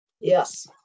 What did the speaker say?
Yes